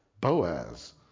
Boaz